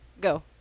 Go